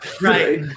Right